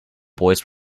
boys